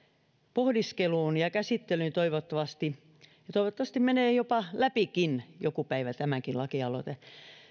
pohdiskeluun ja käsittelyyn toivottavasti ja toivottavasti joku päivä menee jopa läpi tämäkin lakialoite